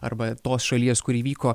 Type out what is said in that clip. arba tos šalies kur įvyko